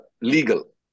Legal